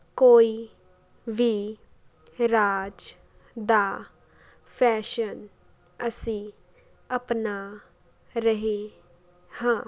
ਕੋਈ ਵੀ ਰਾਜ ਦਾ ਫੈਸ਼ਨ ਅਸੀਂ ਅਪਣਾ ਰਹੇ ਹਾਂ